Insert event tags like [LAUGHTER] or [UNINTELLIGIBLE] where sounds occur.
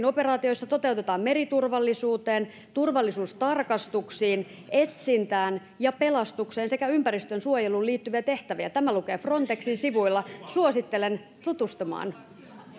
[UNINTELLIGIBLE] operaatioissa toteutetaan meriturvallisuuteen turvallisuustarkastuksiin etsintään ja pelastukseen sekä ympäristönsuojeluun liittyviä tehtäviä tämä lukee frontexin sivuilla suosittelen tutustumaan